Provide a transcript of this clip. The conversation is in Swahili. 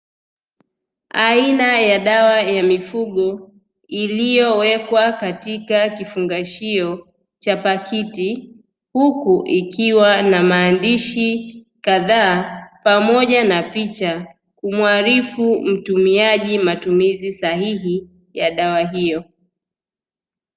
Aina ya dawa ya mifugo iliyowekwa katika kifungashio cha pakiti, huku ikiwa na maandishi kadhaa pamoja na picha kumuarifu mtumiaji matumizi sahihi ya dawa hiyo.